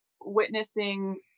witnessing